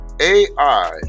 AI